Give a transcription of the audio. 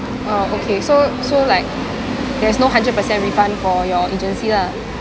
uh okay so so like there's no hundred percent refund for your agency lah